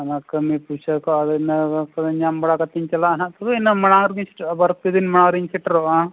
ᱚᱱᱟ ᱠᱟᱹᱢᱤ ᱯᱩᱭᱥᱟᱹ ᱠᱚ ᱟᱫᱚ ᱤᱱᱟᱹ ᱠᱚ ᱧᱟᱢ ᱵᱟᱲᱟ ᱠᱟᱛᱮᱧ ᱪᱟᱞᱟᱜᱼᱟ ᱱᱟᱦᱟᱜ ᱛᱚᱵᱮ ᱤᱱᱟᱹ ᱢᱟᱲᱟᱝ ᱨᱮᱜᱮᱧ ᱥᱮᱴᱮᱨᱚᱜᱼᱟ ᱵᱟᱨᱯᱮ ᱫᱤᱱ ᱢᱟᱲᱟᱝ ᱨᱮᱧ ᱥᱮᱴᱮᱨᱚᱜᱼᱟ